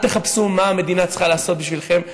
אל תחפשו מה המדינה צריכה לעשות בשבילכם,